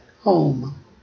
home